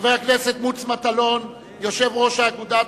חבר הכנסת מוץ מטלון יושב-ראש אגודת